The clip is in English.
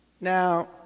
Now